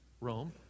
Rome